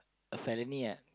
a felony ah